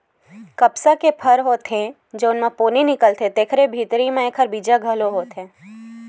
कपसा के फर होथे जउन म पोनी निकलथे तेखरे भीतरी म एखर बीजा घलो होथे